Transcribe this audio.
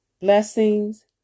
blessings